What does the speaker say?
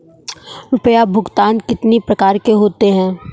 रुपया भुगतान कितनी प्रकार के होते हैं?